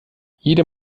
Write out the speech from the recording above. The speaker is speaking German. jeder